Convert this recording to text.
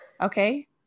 okay